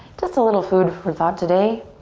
just a little food for thought today,